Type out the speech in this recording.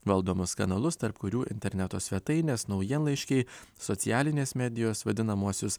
valdomus kanalus tarp kurių interneto svetainės naujienlaiškiai socialinės medijos vadinamuosius